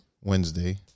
Wednesday